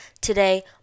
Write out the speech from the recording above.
Today